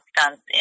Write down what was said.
stunts